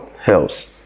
helps